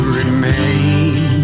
remain